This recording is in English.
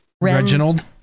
Reginald